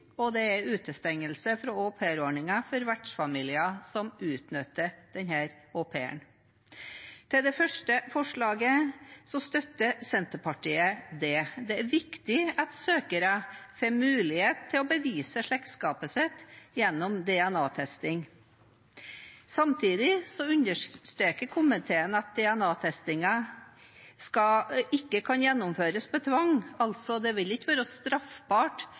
og det er utestengelse fra aupairordningen for vertsfamilier som utnytter au pairen. Senterpartiet støtter det første forslaget. Det er viktig at søkere får mulighet til å bevise slektskapet sitt gjennom DNA-testing. Samtidig understreker komiteen at DNA-testingen ikke kan gjennomføres ved tvang. Det vil altså ikke være straffbart